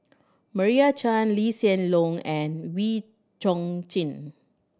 Meira Chand Lee Hsien Loong and Wee Chong Jin